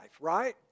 right